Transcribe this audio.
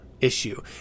issue